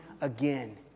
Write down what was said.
again